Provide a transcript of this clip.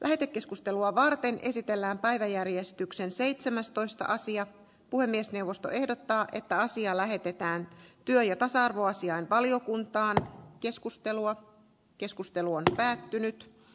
lähetekeskustelua varten esitellään päiväjärjestyksen seitsemästoista sija puhemiesneuvosto ehdottaa että asia lähetetään työ ja tasa arvoasiain valiokuntaan keskustelua keskustelu on päättynyt